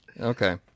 Okay